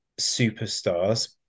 superstars